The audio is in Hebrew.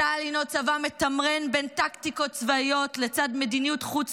צה"ל הוא צבא מתמרן בין טקטיקות צבאיות לצד מדיניות חוץ